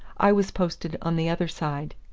i was posted on the other side.